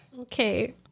Okay